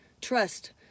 Trust